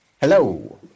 hello